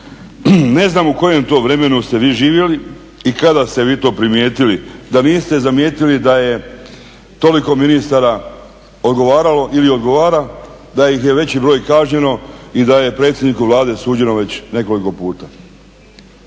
Ne znam u kojem to vremenu ste vi živjeli i kada ste vi to primjetili, da niste zamijetili da je toliko ministara odgovaralo ili odgovara, da ih je veći broj kažnjeno i da je predsjedniku Vlade suđeno već nekoliko puta.